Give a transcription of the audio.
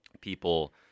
people